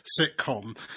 sitcom